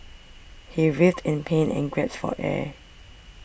he writhed in pain and gasped for air